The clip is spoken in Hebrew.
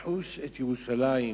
לחוש את ירושלים,